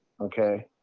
okay